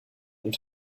und